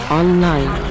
online